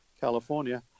California